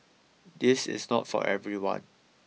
this is not for everyone